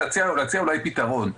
להציע פתרון.